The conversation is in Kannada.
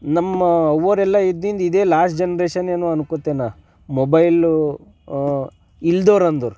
ನಮ್ಮ ಓರೆಲ್ಲ ಇದ್ದದ್ದು ಇದೇ ಲಾಸ್ಟ್ ಜನ್ರೇಷನ್ ಏನೋ ಅನ್ಕೊಳ್ತೆ ನಾ ಮೊಬೈಲು ಇಲ್ದೊರಂದರೆ